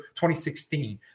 2016